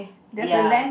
ya